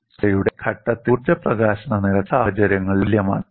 വിള്ളൽ അസ്ഥിരതയുടെ ഘട്ടത്തിൽ ഊർജ്ജ പ്രകാശന നിരക്ക് രണ്ട് സാഹചര്യങ്ങളിലും തുല്യമാണ്